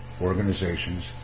organizations